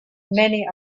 many